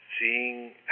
seeing